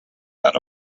that